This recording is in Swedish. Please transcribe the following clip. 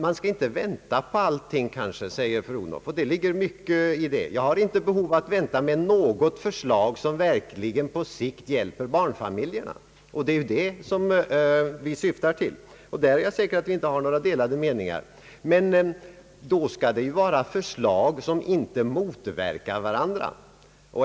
Man skall kanske inte vänta på allting, säger fru Odhnoff, och det ligger mycket i det. Jag har inte behov av att vänta med något förslag som verkligen på längre sikt hjälper barnfamiljerna. Det är ju det vi syftar till, och jag är säker på att vi inte har några delade meningar på den punkten. Då skall man emellertid inte lägga fram förslag som motverkar varandra.